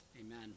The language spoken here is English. Amen